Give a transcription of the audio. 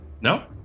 No